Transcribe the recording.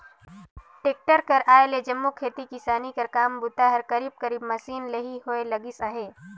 tractor कर आए ले जम्मो खेती किसानी कर काम बूता हर करीब करीब मसीन ले ही होए लगिस अहे